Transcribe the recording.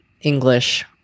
English